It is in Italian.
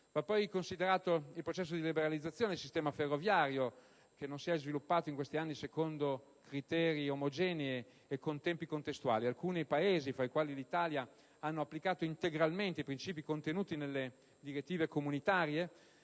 Va poi considerato che il processo di liberalizzazione del sistema ferroviario non si è sviluppato in questi anni secondo criteri omogenei e con tempi contestuali. Alcuni Paesi, fra i quali l'Italia, hanno applicato integralmente i principi contenuti nelle direttive comunitarie,